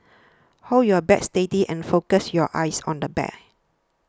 hold your bat steady and focus your eyes on the bed